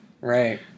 Right